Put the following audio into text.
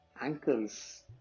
ankles